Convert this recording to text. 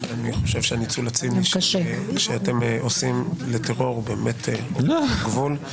הניצול הציני שאתם עושים לטרור עבר גבול.